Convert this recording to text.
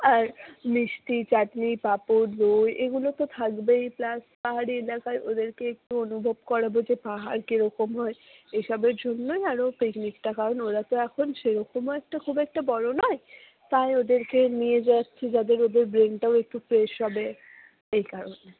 আর মিষ্টি চাটনি পাঁপড় দই এগুলো তো থাকবেই প্লাস পাহাড়ি এলাকায় ওদেরকে একটু অনুভব করাব যে পাহাড় কীরকম হয় এসবের জন্যই আরও পিকনিকটা কারণ ওরা তো এখন সেরকমও একটা খুব একটা বড় নয় তাই ওদেরকে নিয়ে যাচ্ছি যাদের ওদের ব্রেনটাও একটু ফ্রেশ হবে এই কারণে